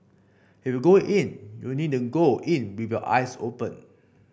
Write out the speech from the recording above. if you go in you need to go in with your eyes open